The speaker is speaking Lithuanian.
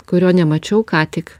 kurio nemačiau ką tik